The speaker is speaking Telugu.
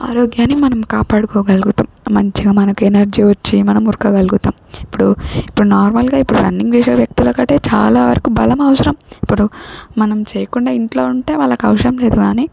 ఆరోగ్యాన్ని మనం కాపాడుకోగలుగుతాం మంచిగా మనకి ఎనర్జీ వచ్చి మనం ఉరక గలుగుతాం ఇప్పుడు ఇప్పుడు నార్మల్గా ఇప్పుడు రన్నింగ్ చేసే వ్యక్తుల కంటే చాలా వరకు బలం అవసరం ఇప్పుడు మనం చేయకుండా ఇంట్లో ఉంటే వాళ్ళకు అవసరం లేదు కానీ